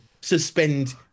suspend